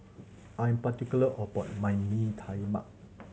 I'm particular about my Bee Tai Mak